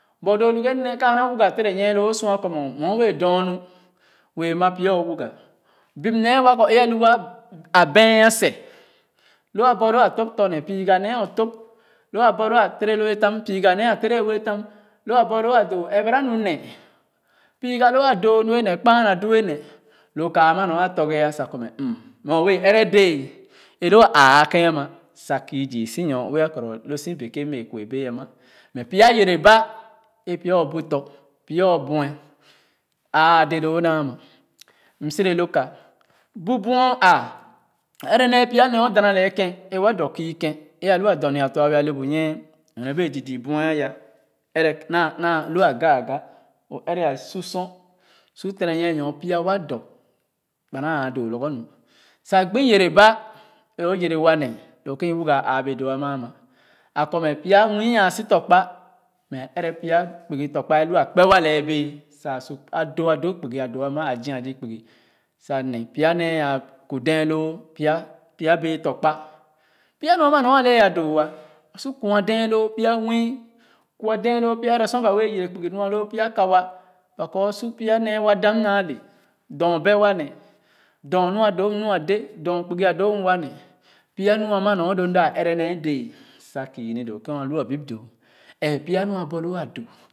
But lo o lughe nee kaana wuga tere nyie loo o sua kɔ mo mɛ o wɛɛ dorna wɛɛ ma pya o wuga bip nee wa kɔ e a lu wa na a bean sén lo a borloo a tɔ̃ ne piuga nee o tōp w a borloo tere wɛɛ tam puga nee o tere ue tam lo a borloo a doo ɛrɛ ba nu ne piga loo a doo nu ye nee kpaa na du ye ne lo ka ama na tɔrge sa kɔ mɛ m mɛ o wɛɛ ɛrɛ dēē e lo a āā a kèn a ma sa kii zu su nyorue lo a kuro lo su bèkè kuɛ bɛɛ a ma mɛ pya yere ba e pya o bu tɔ̃ pya o bue aa de loo ns ma m sere lu ka bu buɛ o āā ɛrɛ nee pya nee o dana lɛɛ kèn e wa dɔ ku kèn e a lu a dorn ys tɔ̃ a bee a le bu nyie nyorne bee zii zii buɛ a ya ɛrɛ naa waa lu agah agah o ɛrɛ a su sor su tere nyie nɔr pya wa dɔ ba naa āā doo lorgor nu sa gbu yɛrɛ ba e o yɛrɛ wa ne doo kèn i wuga a āā bee ama ma a kɔ mɛ pya nwii a su tɔ̃ kpa mɛ a ɛrɛ pya kpugi tɔ̃ kpa a lu wa kpen wa leɛ dɛɛ sa a su a doo a doo kpugi a doo ama a zii a zii kpugi sa ne pya nee a ku dee lu pya bɛɛ tɔ̃ kpa pya nu ama nɔr a lɛɛ a doo ah su kwa dɛɛ loo pya nwii kua dee ɛrɛ sor ba wɛɛ yẹrɛ kpugi nua loo pya kawa ba kɔ o su pya nee wa dam naa le dɔr bɛ wa ne dɔr nu a doo m nua de dɔr kpugi a doo m wa nee pya nua ma nɔr lo m da ɛrɛ nee dɛɛ sa kii nu doo kèn a lu a bip doo ee pya nu a borloo a doo.